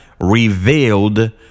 revealed